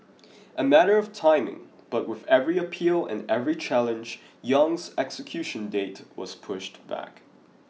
a matter of timing but with every appeal and every challenge Yong's execution date was pushed back